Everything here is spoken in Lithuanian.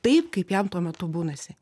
taip kaip jam tuo metu būnasi